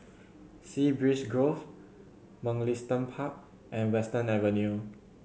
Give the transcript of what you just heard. Sea Breeze Grove Mugliston Park and Western Avenue